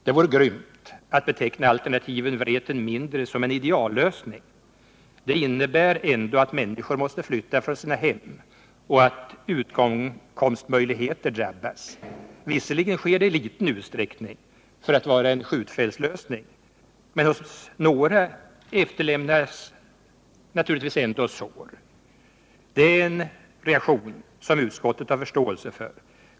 Det vore grymt att beteckna alternativet Vreten mindre som en ideallösning — det innebär ändå att människor måste flytta från sina hem och att utkomstmöjligheter drabbas. Visserligen sker det i liten utsträckning för att vara en skjutfältslösning, men hos några efterlämnas naturligtvis ändå sår. Det är en reaktion som utskottet har förståelse för.